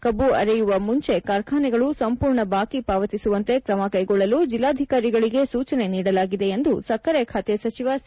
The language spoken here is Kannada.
ಕಬ್ಬು ಅರೆಯುವ ಮುಂಚೆ ಕಾರ್ಖಾನೆಗಳು ಸಂಪೂರ್ಣ ಬಾಕಿ ಪಾವತಿಸುವಂತೆ ಕ್ರಮ ಕೈಗೊಳ್ಳಲು ಜಿಲ್ಲಾಧಿಕಾರಿಗಳಿಗೆ ಸೂಚನೆ ನೀಡಲಾಗಿದೆ ಎಂದು ಸಕ್ಕರೆ ಖಾತೆ ಸಚಿವ ಸಿ